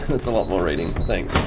that's a lot more reading, thanks.